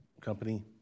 company